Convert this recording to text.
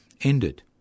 ended